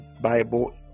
bible